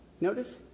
Notice